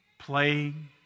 playing